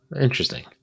interesting